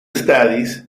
studies